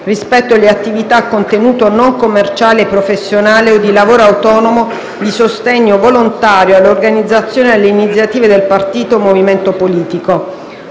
rispetto alle attività a contenuto non commerciale, professionale o di lavoro autonomo di sostegno volontario all'organizzazione e alle iniziative del partito o movimento politico.